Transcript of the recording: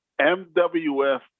MWF